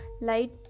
light